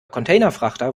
containerfrachter